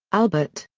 albert.